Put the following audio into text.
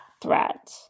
threat